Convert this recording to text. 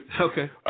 Okay